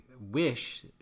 wish